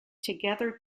together